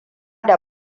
da